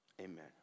amen